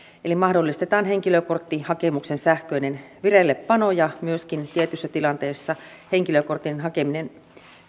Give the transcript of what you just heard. eli mahdollistetaan henkilökorttihakemuksen sähköinen vireillepano ja myöskin tietyssä tilanteessa henkilökortin hakeminen